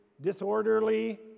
disorderly